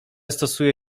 stosuje